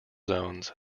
zones